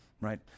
right